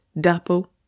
dapple